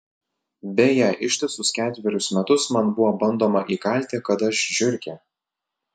beje ištisus ketverius metus man buvo bandoma įkalti kad aš žiurkė